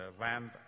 land